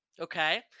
Okay